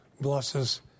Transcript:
blesses